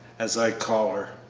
as i call her.